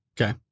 Okay